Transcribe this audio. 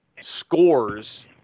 scores